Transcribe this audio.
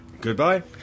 Goodbye